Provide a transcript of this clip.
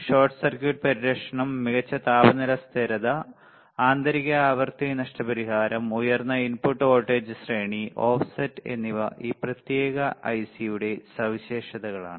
short circuit പരിരക്ഷണം മികച്ച താപനില സ്ഥിരത ആന്തരിക ആവൃത്തി നഷ്ടപരിഹാരം ഉയർന്ന ഇൻപുട്ട് വോൾട്ടേജ് ശ്രേണി ഓഫ്സെറ്റ് എന്നിവ ഈ പ്രത്യേക I സി യുടെ സവിശേഷതകളാണ്